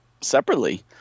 separately